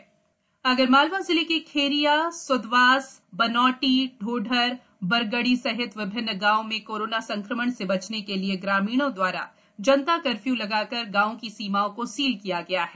ग्रामीण कर्फ्यू आगरमालवा जिले के खेरिया स्दवास बनोटी ढ़ोढर बरगड़ी सहित विभिन्न गांवों में कोरोना संक्रमण से बचने के लिए ग्रामीणों दवारा जनता कर्फ्यू लगाकर गांवों की सीमाओं को सील किया गया है